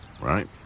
right